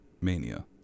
Mania